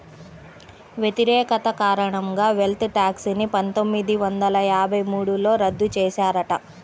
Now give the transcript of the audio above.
వ్యతిరేకత కారణంగా wealth tax ని పందొమ్మిది వందల యాభై మూడులో రద్దు చేశారట